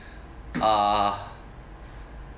err